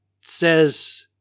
says